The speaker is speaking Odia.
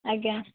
ଆଜ୍ଞା